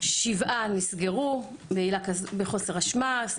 שבעה נסגרו מחוסר אשמה,